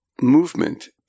movement